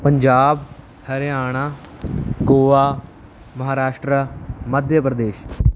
Punjab Haryana Goa Maharashtra Madhya Pradesh